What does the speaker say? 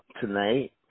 tonight